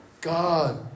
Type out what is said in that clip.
God